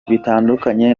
bitandukanye